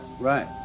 Right